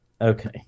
Okay